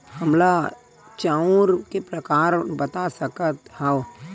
हमन ला चांउर के प्रकार बता सकत हव?